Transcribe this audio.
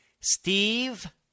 Steve